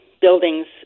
buildings